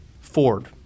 Ford